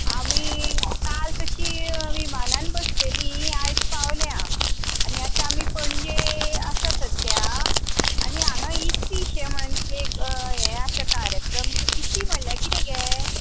आमी काल तशीं विमानान बसलेलीं आयज पावल्यां आनी आता आमी पणजे आसा सध्या आनी हांगा इफीशें म्हूणोन कितें एक हें आसा कार्यक्रम तें इफी म्हणल्यार कितें गे